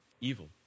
Evil